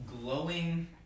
glowing